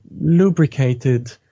lubricated